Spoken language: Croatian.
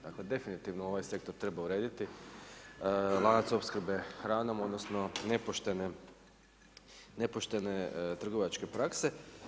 Dakle definitivno ovaj sektor treba urediti, lanac opskrbe hranom, odnosno nepoštene trgovačke prakse.